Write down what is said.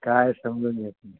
काय समजून घेत नाही